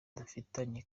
dufitanye